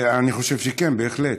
אני חושב שכן, בהחלט.